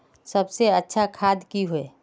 सबसे अच्छा खाद की होय?